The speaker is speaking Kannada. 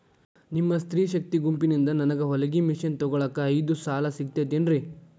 ನಿಮ್ಮ ಸ್ತ್ರೇ ಶಕ್ತಿ ಗುಂಪಿನಿಂದ ನನಗ ಹೊಲಗಿ ಮಷೇನ್ ತೊಗೋಳಾಕ್ ಐದು ಸಾಲ ಸಿಗತೈತೇನ್ರಿ?